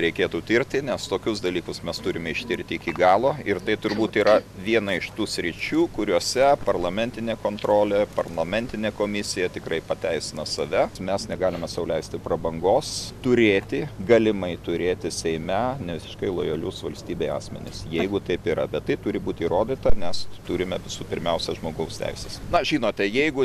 reikėtų tirti nes tokius dalykus mes turime ištirti iki galo ir tai turbūt yra viena iš tų sričių kuriose parlamentinė kontrolė parlamentinė komisija tikrai pateisino save mes negalime sau leisti prabangos turėti galimai turėti seime nevisiškai lojalius valstybei asmenys jeigu taip yra bet tai turi būti įrodyta nes turime visų pirmiausia žmogaus teises na žinote jeigu